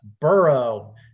Burrow